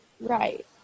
Right